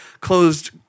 closed –